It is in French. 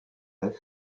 est